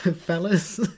Fellas